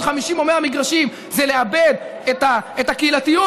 50 או 100 מגרשים זה לאבד את הקהילתיות,